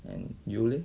and you leh